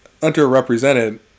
underrepresented